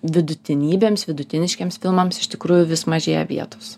vidutinybėms vidutiniškiems filmams iš tikrųjų vis mažėja vietos